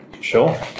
Sure